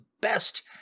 best